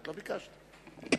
כבוד היושב-ראש, כנסת נכבדה,